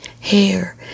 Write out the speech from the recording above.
hair